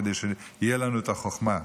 תהיה גם לנו החוכמה.